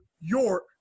york